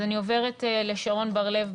אז אני עוברת לשרון בר לב,